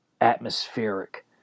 atmospheric